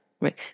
right